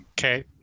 okay